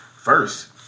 first